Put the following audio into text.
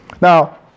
Now